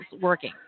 working